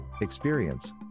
Experience